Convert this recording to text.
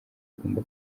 bigomba